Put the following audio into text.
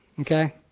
Okay